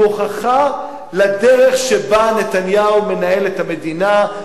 הוא הוכחה לדרך שבה נתניהו מנהל את המדינה,